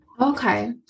Okay